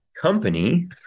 company